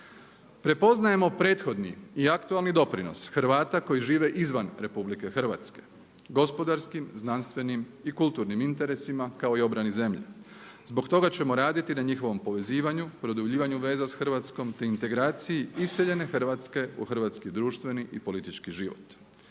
Prepoznajemo prethodni i aktualni doprinos Hrvata koji žive izvan RH, gospodarskim, znanstvenim i kulturnim interesima kao i obrani zemlje. Zbog toga ćemo raditi na njihovom povezivanju, produbljivanju veza s Hrvatskom, te integraciji iseljene Hrvatske u hrvatski društveni i politički život.